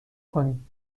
کنیم